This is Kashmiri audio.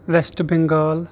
وٮ۪سٹہٕ بینٛگال